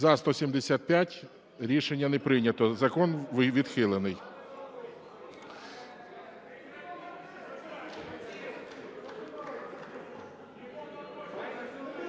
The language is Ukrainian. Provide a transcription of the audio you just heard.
За-175 Рішення не прийнято. Закон відхилений.